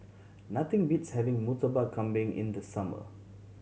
nothing beats having Murtabak Kambing in the summer